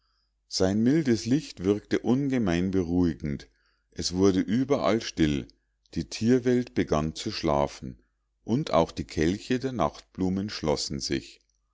sein mildes licht wirkte ungemein beruhigend es wurde überall still die tierwelt begann zu schlafen und auch die kelche der nachtblumen schlossen sich